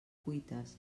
cuites